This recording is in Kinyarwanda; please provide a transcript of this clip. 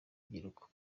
rubyiruko